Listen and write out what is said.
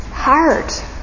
Heart